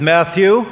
Matthew